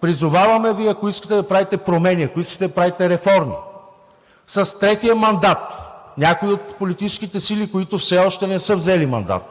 Призоваваме Ви, ако искате да правите промени, ако искате да правите реформи, с третия мандат някоя от политическите сили, които все още не са взели мандат,